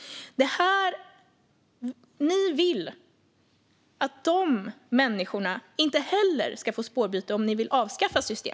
Om ni vill avskaffa systemet vill ni att inte heller dessa människor ska få spårbyte.